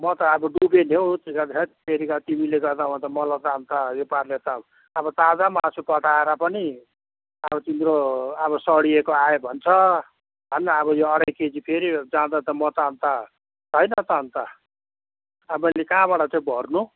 म त अब डुबेँ नि हौ त्यसो भए त हत्तेरिका तिमीले गर्दा म त मलाई त अन्त यो पाराले त अब ताजा मासु पठाएर पनि अब तिम्रो अब सढिएको आयो भन्छ झन अब यो अढाई केजी फेरि जाँदा त म त अन्त छैन त अन्त अब मैले कहाँबाट चाहिँ भर्नु